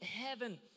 heaven